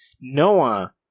Noah